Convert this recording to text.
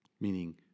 meaning